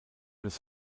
des